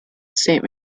saint